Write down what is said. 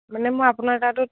মানে মই আপোনাৰ তাতো